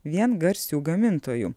vien garsių gamintojų